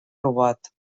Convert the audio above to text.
robot